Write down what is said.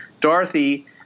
Dorothy